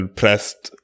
pressed